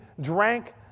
drank